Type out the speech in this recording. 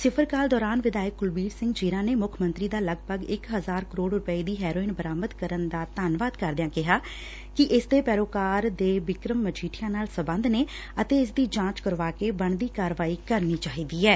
ਸਿਫ਼ਰ ਕਾਲ ਦੌਰਾਨ ਵਿਧਾਇਕ ਕੁਲਬੀਰ ਸਿੰਘ ਜ਼ੀਰਾ ਨੇ ਮੁੱਖ ਮੰਤਰੀ ਦਾ ਲਗਭਗ ਇਕ ਹਜ਼ਾਰ ਕਰੋੜ ਰੁਧੈ ਦੀ ਹੈਰੋਇਨ ਬਰਾਮਦ ਕਰਨ ਦਾ ਧੰਨਵਾਦ ਕਰਦਿਆਂ ਕਿਹਾ ਕਿ ਇਸ ਦੇ ਪੈਰੋਕਾਰ ਦੇ ਬਿਕਰਮ ਮਜੀਠੀਆ ਨਾਲ ਸਬੰਧ ਨੇ ਅਤੇ ਇਸ ਦੀ ਜਾਂਚ ਕਰਵਾਕੇ ਬਣਦੀ ਕਾਰਵਾਈ ਕਰਨੀ ਚਾਹੀਦੀ ਐ